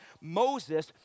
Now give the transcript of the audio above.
Moses